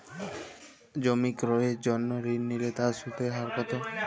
জমি ক্রয়ের জন্য ঋণ নিলে তার সুদের হার কতো?